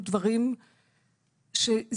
אנחנו הרופאים צועקים וזועקים פה למען החולים שלנו.